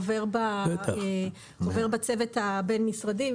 עובר בצוות הבין-משרדי,